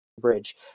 bridge